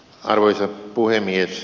arvoisa puhemies